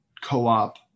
co-op